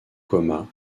coma